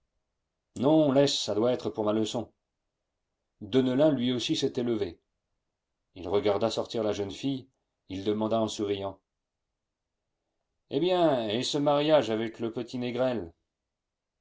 non laisse ça doit être pour ma leçon deneulin lui aussi s'était levé il regarda sortir la jeune fille il demanda en souriant eh bien et ce mariage avec le petit